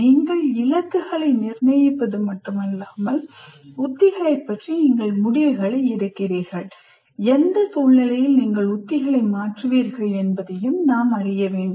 நீங்கள் இலக்குகளை நிர்ணயிப்பது மட்டுமல்லாமல் உத்திகளைப் பற்றி நீங்கள் முடிவுகளை எடுக்கிறீர்கள் எந்த சூழ்நிலையில் நீங்கள் உத்திகளை மாற்றுவீர்கள் என்பதையும் நாம் அறிய வேண்டும்